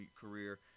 career